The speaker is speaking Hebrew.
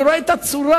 אני רואה את הצורה,